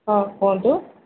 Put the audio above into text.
ହଁ କୁହନ୍ତୁ